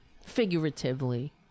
figuratively